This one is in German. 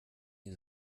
die